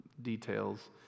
details